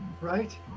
Right